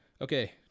Okay